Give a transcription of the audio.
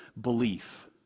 belief